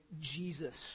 Jesus